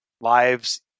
lives